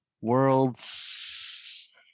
Worlds